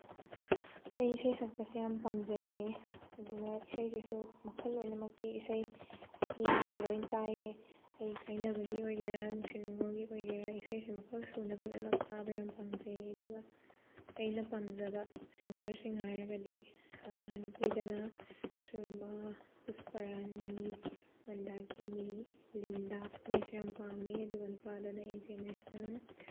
ꯑꯩ ꯏꯁꯩ ꯁꯛꯄꯁꯦ ꯌꯥꯝ ꯄꯥꯝꯖꯩꯌꯦ ꯑꯗꯨꯒ ꯏꯁꯩꯁꯤꯁꯨ ꯃꯈꯜ ꯂꯣꯏꯅꯃꯛꯀꯤ ꯏꯁꯩ ꯑꯩꯅ ꯂꯣꯏꯅ ꯇꯥꯏꯌꯦ ꯑꯩ ꯀꯥꯏꯅꯕꯒꯤ ꯑꯣꯏꯒꯦꯔꯥ ꯅꯨꯡꯁꯤ ꯅꯨꯡꯉꯣꯜꯒꯤ ꯑꯣꯏꯒꯦꯔꯥ ꯏꯁꯩꯁꯦ ꯃꯈꯜ ꯁꯨꯅꯕ ꯂꯣꯏꯅꯃꯛ ꯇꯥꯕ ꯌꯥꯝ ꯄꯥꯝꯖꯩꯌꯦ ꯑꯗꯨꯒ ꯑꯩꯅ ꯄꯥꯝꯖꯕ ꯁꯤꯡꯒꯔꯁꯤꯡ ꯍꯥꯏꯔꯒꯗꯤ ꯅꯨꯄꯤꯗꯅ ꯁꯨꯔꯃꯥ ꯄꯨꯁꯄꯔꯥꯅꯤ ꯃꯟꯗꯥꯀꯤꯅꯤ ꯂꯤꯟꯗꯥ ꯃꯣꯏꯁꯦ ꯌꯥꯝ ꯄꯥꯝꯃꯦ ꯑꯗꯨꯒ ꯅꯨꯄꯥꯗꯅ ꯑꯦ ꯖꯦ ꯃꯩꯁꯅꯥꯝ